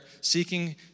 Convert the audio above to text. seeking